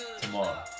tomorrow